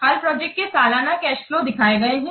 हर project के सालाना cash flows दिखाए गए हैं